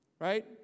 Right